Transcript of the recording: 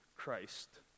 Christ